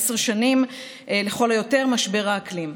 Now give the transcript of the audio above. עשר שנים לכל היותר: משבר האקלים.